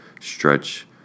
stretch